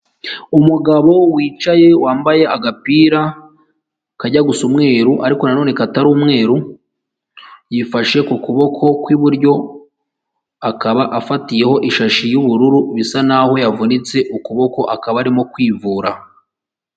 Umugabo wicaye wambaye agapira kajya gusa umweru ariko nanone katari umweru yifashe ku kuboko kw'iburyo, akaba afatiyeho ishashi y'ubururu bisa naho yavunitse ukuboko akaba arimo kwivura.